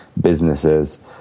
businesses